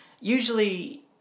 usually